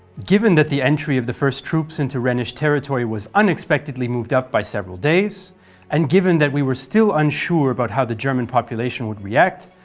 given that the entry of the first troops into rhenish territory was unexpectedly moved up by several days and given that we were still unsure about how the german population would react,